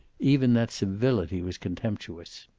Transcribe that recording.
even that civility was contemptuous.